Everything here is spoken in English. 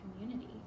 community